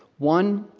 one,